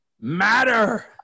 matter